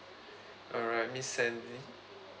alright miss sandy